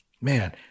man